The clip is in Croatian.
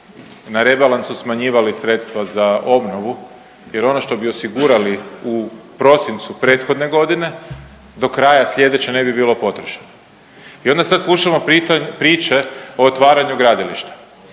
na rebalansu smanjivali sredstva za obnovu jer ono što bi osigurali u prosincu prethodne godine do kraja slijedeće ne bi bilo potrošeno. I onda sad slušamo priče o otvaranju gradilišta.